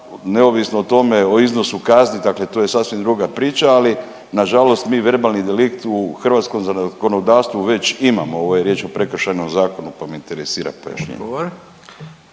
neovisno o tome o iznosu kazni dakle to je sasvim druga priča, ali nažalost mi verbalni delikt u hrvatskom zakonodavstvu već imamo. Ovo je riječ o prekršajnom zakonu pa me interesira pojašnjenje.